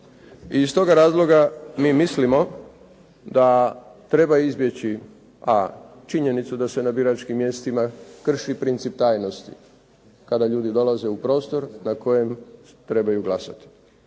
I iz toga razloga mi mislimo da treba izbjeći: a) činjenicu da se na biračkim mjestima krši princip tajnosti kada ljudi dolaze u prostor na kojem trebaju glasati.